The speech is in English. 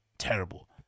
terrible